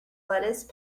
lettuce